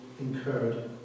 incurred